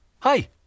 Hi